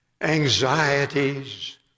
Anxieties